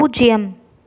பூஜ்ஜியம்